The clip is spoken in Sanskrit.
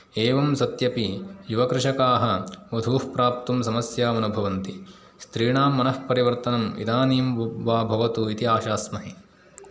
एवं सत्यपि युवकृषकाः वधूः प्राप्तुं समस्याम् अनुभवन्ति स्त्रीणां मनःपरिवर्तनं इदानीं वा भवतु इति आशास्महे